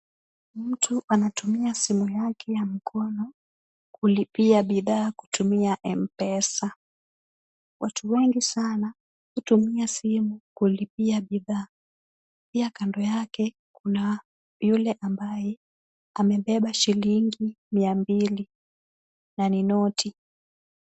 Mtu anatumia simu yake ya mkono kulipia bidhaa kutumia m-pesa. Watu wengi sana hutumia simu kulipia bidhaa. Pia kando yake kuna yule ambaye amebeba shilingi mia mbili na ni noti.